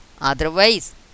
Otherwise